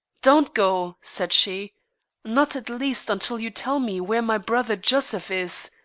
don't go, said she not at least until you tell me where my brother joseph is.